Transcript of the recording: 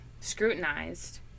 scrutinized